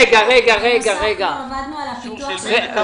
שקט.